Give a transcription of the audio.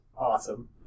Awesome